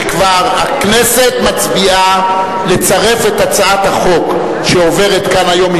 שכבר הכנסת מצביעה לצרף את הצעת החוק שעוברת כאן היום,